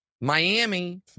Miami